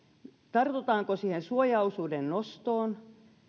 tartutaanko siihen suojaosuuden nostoon